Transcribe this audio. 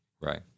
Right